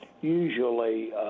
usually